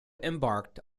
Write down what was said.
embarked